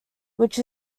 which